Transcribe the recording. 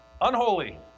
unholy